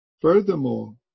Furthermore